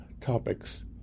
topics